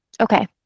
Okay